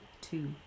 two